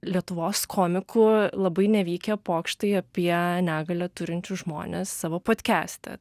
lietuvos komikų labai nevykę pokštai apie negalią turinčius žmones savo podkeste